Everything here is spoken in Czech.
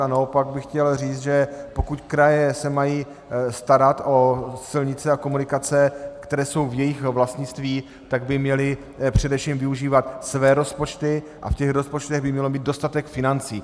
A naopak bych chtěl říct, že pokud kraje se mají starat o silnice a komunikace, které jsou v jejich vlastnictví, tak by měly především využívat své rozpočty a v těch rozpočtech by měl být dostatek financí.